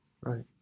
Right